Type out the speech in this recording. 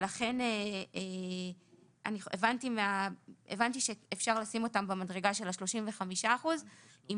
ולכן הבנתי שאפשר לשים אותם במדרגה של ה-35% אם